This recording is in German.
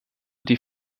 die